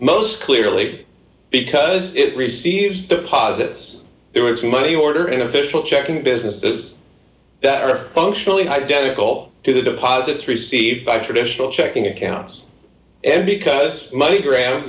most clearly because it receives deposits there is money order and official checking businesses that are functionally identical to the deposits received by traditional checking accounts and because the money gr